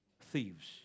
thieves